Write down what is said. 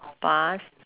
past